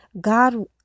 God